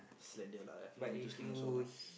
slender lah cannot be too skinny also lah